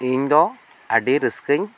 ᱤᱧ ᱫᱚ ᱟᱹᱰᱤ ᱨᱟᱹᱥᱠᱟᱹᱧ